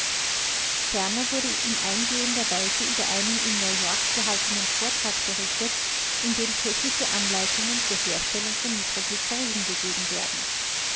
ferner wurde in eingehender weise über einen in neuyork gehaltenen vortrag berichtet in dem technische anleitungen zur herstellung von nitroglyzerin gegeben werden